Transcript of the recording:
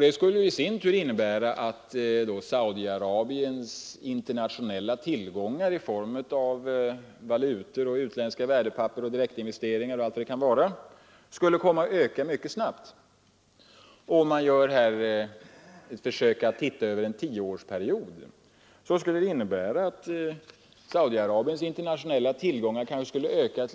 Det skulle i sin tur innebära att Saudi-Arabiens internatio nella tillgångar i form av valutor, utländska värdepapper och direktinvesteringar skulle komma att öka mycket snabbt. På en tioårsperiod kan dessa tillgångar öka